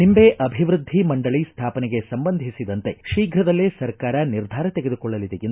ನಿಂಬೆ ಅಭಿವೃದ್ಧಿ ಮಂಡಳಿ ಸ್ಟಾಪನೆಗೆ ಸಂಬಂಧಿಸಿದಂತೆ ಶೀಘ್ರದಲ್ಲೇ ಸರ್ಕಾರ ನಿರ್ಧಾರ ತೆಗೆದುಕೊಳ್ಳಲಿದೆ ಎಂದು ಹೇಳಿದರು